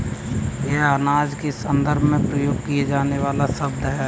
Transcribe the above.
यह अनाज के संदर्भ में प्रयोग किया जाने वाला शब्द है